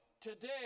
today